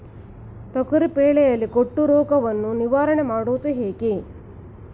ತೊಗರಿ ಬೆಳೆಯಲ್ಲಿ ಗೊಡ್ಡು ರೋಗವನ್ನು ನಿವಾರಣೆ ಮಾಡುವುದು ಹೇಗೆ?